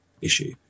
issue